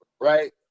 right